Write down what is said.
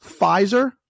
Pfizer